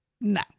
No